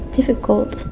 difficult